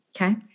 Okay